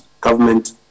government